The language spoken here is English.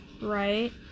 Right